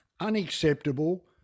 unacceptable